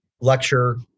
lecture